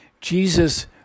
Jesus